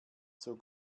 zur